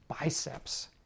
biceps